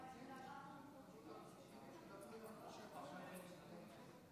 165. עוד דווח לוועדה שמחמשת החוקים שלושה מוכנים כבר